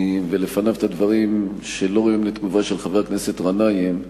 ולפניו את הדברים שלא ראויים לתגובה של חבר הכנסת גנאים.